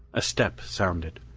a step sounded.